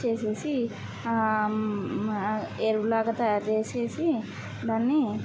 చేసేసీ మా ఎరువులాగా తయారుచేసేసి దాన్నీ